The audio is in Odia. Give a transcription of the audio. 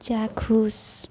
ଚାକ୍ଷୁଷ